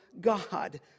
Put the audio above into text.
God